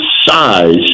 size